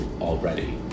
already